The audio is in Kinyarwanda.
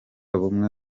bumwe